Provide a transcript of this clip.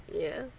ya